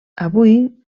avui